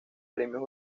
premios